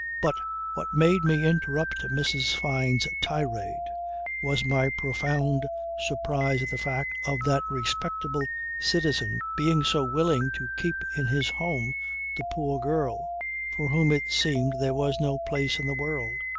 but what made me interrupt mrs. fyne's tirade was my profound surprise at the fact of that respectable citizen being so willing to keep in his home the poor girl for whom it seemed there was no place in the world.